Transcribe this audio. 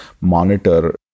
monitor